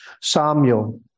Samuel